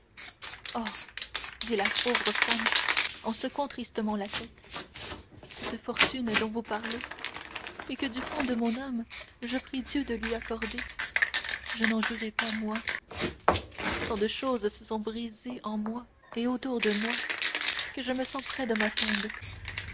dit la pauvre femme en secouant tristement la tête cette fortune dont vous parlez et que du fond de mon âme je prie dieu de lui accorder je n'en jouirai pas moi tant de choses se sont brisées en moi et autour de moi que je me sens près de ma tombe